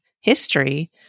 history